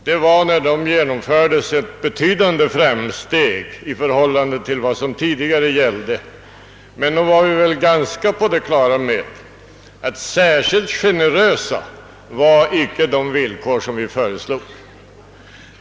Dessa var när de genomfördes ett betydande framsteg i förhållande till vad som tidigare gällde, men nog hade vi ganska klart för oss att de villkor som vi föreslog icke var särskilt generösa.